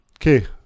okay